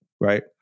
right